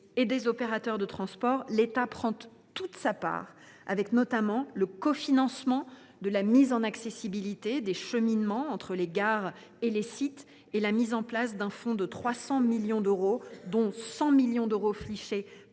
et des opérateurs de transport, l’État prend toute sa part, le cofinancement de la mise en accessibilité des cheminements entre les gares et les sites et la mise en place d’un fonds de 300 millions d’euros, dont 100 millions d’euros seront fléchés